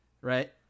right